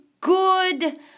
good